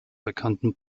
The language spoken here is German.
bekannten